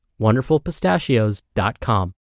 wonderfulpistachios.com